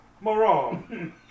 moron